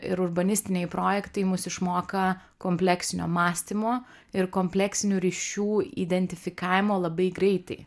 ir urbanistiniai projektai mus išmoka kompleksinio mąstymo ir kompleksinių ryšių identifikavimo labai greitai